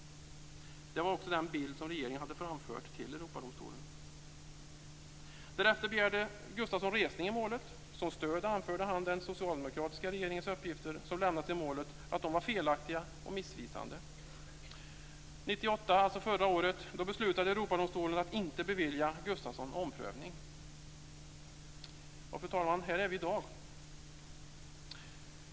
Det var också den bild som regeringen hade framfört till Europadomstolen. Därefter begärde Gustafsson resning i målet. Som stöd anförde han att de uppgifter som den socialdemokratiska regeringen lämnat i målet var felaktiga och missvisande. År 1998, alltså förra året, beslutade Europadomstolen att inte bevilja Gustafsson omprövning. Fru talman! Här är vi i dag.